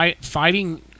fighting